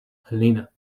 helena